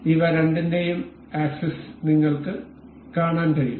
ഇവ രണ്ടിന്റെയും ആക്സിസ് നിങ്ങൾക്ക് കാണാൻ കഴിയും